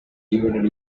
divided